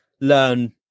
learn